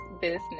business